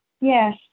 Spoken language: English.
yes